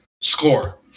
score